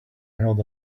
held